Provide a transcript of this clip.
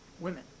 women